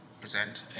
present